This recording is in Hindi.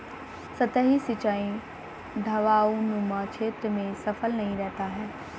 सतही सिंचाई ढवाऊनुमा क्षेत्र में सफल नहीं रहता है